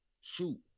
shoot